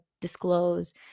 disclose